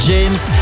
James